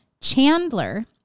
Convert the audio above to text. Chandler